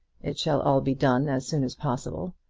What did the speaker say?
it shall all be done as soon as possible.